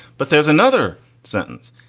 but there's another sentence.